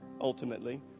ultimately